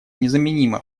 незаменима